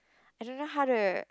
I don't know how to